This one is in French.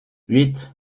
huit